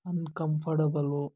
uncomfortable